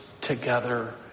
together